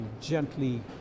gently